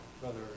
Brother